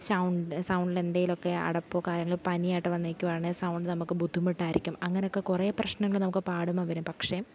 sound സൗണ്ടിലെന്തെങ്കിലുമൊക്കെ അടപ്പോ കാര്യങ്ങളോ പനിയായിട്ടു വന്നിരിക്കുവാണേ സൗണ്ട് നമുക്ക് ബുദ്ധിമുട്ടായിരിക്കും അങ്ങനെയൊക്കെ കുറേ പ്രശ്നങ്ങൾ നമുക്കു പാടുമ്പം വരും പക്ഷെ